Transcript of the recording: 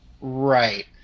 right